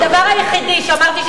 הדבר היחידי שאמרתי,